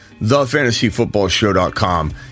TheFantasyFootballShow.com